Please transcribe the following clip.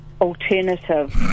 alternative